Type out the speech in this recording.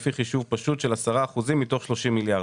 לפי חישוב פשוט של 10% מתוך 30 מיליארד,